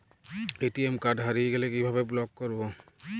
ATM card হারিয়ে গেলে কিভাবে ব্লক করবো?